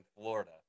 Florida